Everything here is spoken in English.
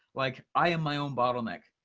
like i am my own bottleneck.